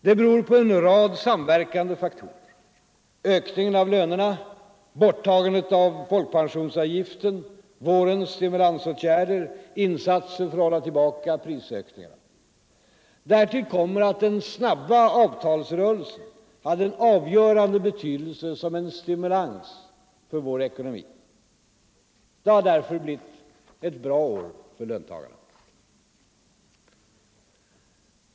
Det beror på en rad samverkande faktorer: ökningen av lönerna, borttagandet av folkpensionsavgiften, vårens stimulansåtgärder, insatser för att hålla tillbaka prisökningarna. Därtill kommer att den snabba avtalsrörelsen hade en avgörande betydelse som en stimulans för vår ekonomi. Det har därför blivit ett bra år för löntagarna.